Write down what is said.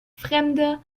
fremde